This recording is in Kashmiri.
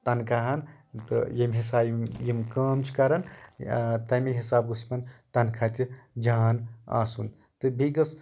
تنخاہ ہن تہٕ ییٚمہِ حِسابہٕ یِم کٲم چھِ کران تَمہِ حِساب گوژ یِمن تَنخاہ تہِ جان آسُن تہٕ بیٚیہِ گوژ